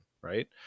right